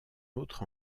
autre